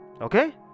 Okay